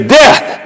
death